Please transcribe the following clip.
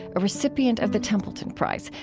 a recipient of the templeton prize,